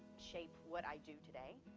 shape what i do today,